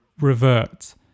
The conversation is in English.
revert